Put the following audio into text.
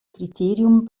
kriterium